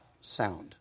sound